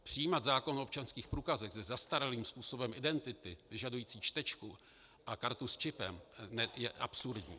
Přijímat zákon o občanských průkazech se zastaralým způsobem identity vyžadující čtečku a kartu s čipem je absurdní.